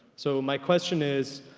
so, my question is,